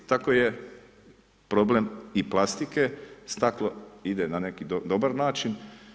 I tako je problem i plastike, staklo ide na neki dobar način.